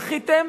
מחיתם?